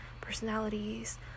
personalities